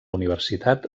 universitat